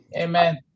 Amen